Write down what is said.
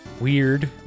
weird